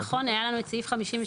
נכון היה לנו את סעיף 53,